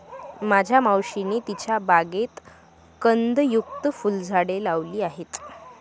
माझ्या मावशीने तिच्या बागेत कंदयुक्त फुलझाडे लावली आहेत